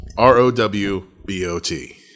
R-O-W-B-O-T